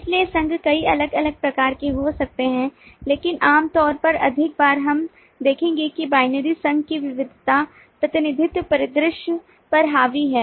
इसलिए संघ कई अलग अलग प्रकार के हो सकते हैं लेकिन आमतौर पर अधिक बार हम देखेंगे कि binary संघ की विविधता प्रतिनिधित्व परिदृश्य पर हावी है